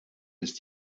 ist